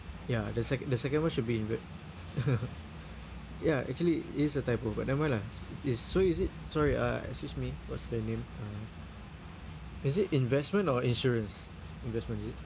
ya the seco~ the second one should be inve~ ya actually it is a typo but never mind lah it's so is it sorry uh excuse me what's her name uh is it investment or insurance investment is it